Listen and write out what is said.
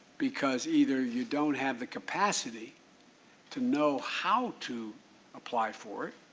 because either you don't have the capacity to know how to apply for it,